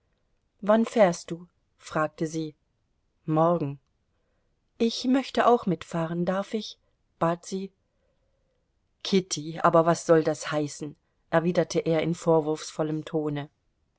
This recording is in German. wann fährst du fragte sie morgen ich möchte auch mitfahren darf ich bat sie kitty aber was soll das heißen erwiderte er in vorwurfsvollem tone